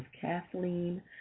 Kathleen